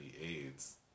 AIDS